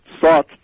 sought